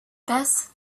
best